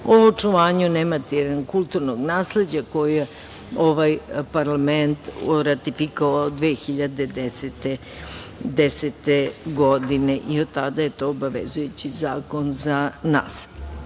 o očuvanju nematerijalnog kulturnog nasleđa, koji je ovaj Parlament ratifikovao 2010. godine. Od tada je to obavezujući zakon za nas. Ovim